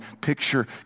Picture